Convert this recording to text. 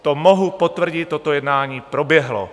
To mohu potvrdit, toto jednání proběhlo.